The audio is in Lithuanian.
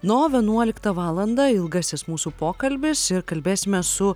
na o vienuoliktą valandą ilgasis mūsų pokalbis ir kalbėsimės su